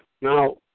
now